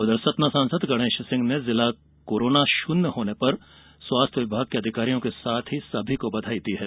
उधर सतना सांसद गणेश सिंह ने जिला कोरोना शून्य होने पर स्वास्थ्य विभाग के अधिकारियों के साथ ही सभी को बधाई दी है